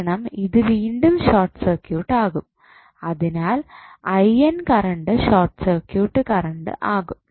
കാരണം ഇത് വീണ്ടും ഷോർട്ട് സർക്യൂട്ട് ആകും അതിനാൽ കറണ്ട് ഷോർട്ട് സർക്യൂട്ട് കറണ്ട് ആകും